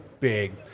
Big